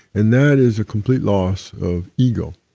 and that is a complete loss of ego,